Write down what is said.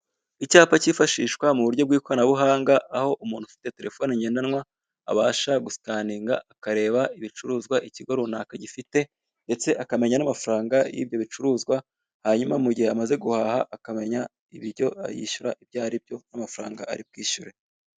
Icyapa kifashishwa mu buryo bw'ikoranabuhanga aho umuntu ufite telefone ngendanwa, abasha gusikaninga akareba ibicuruzwa ikigo runaka gifite, ndetse akamenya n'amafaranga y'inyo bicuruzwa hanyuma mu gihe amaze guhaha akamenya ibyo yishyura ibyo aribyo ndetse n'amafaranga ari bwishyure.